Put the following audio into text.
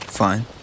fine